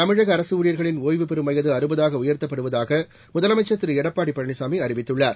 தமிழக அரசு ஊழியர்களின் ஒய்வுபெறும் வயது அறுபதாக உயர்த்தப்படுவதாக முதலமைச்சர் திரு எடப்படி பழனிசாமி அறிவித்துள்ளார்